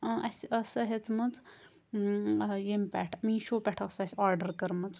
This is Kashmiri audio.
ٲں اسہِ ٲس سۄ ہیٚژمٕژ ٲں ییٚمہِ پٮ۪ٹھ میٖشو پٮ۪ٹھ ٲس اسہِ آرڈر کٔرمٕژ